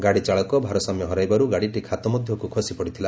ଗାଡ଼ି ଚାଳକ ଭାରସାମ୍ୟ ହରାଇବାରୁ ଗାଡ଼ିଟି ଖାତ ମଧ୍ୟକୁ ଖସିପଡ଼ିଥିଲା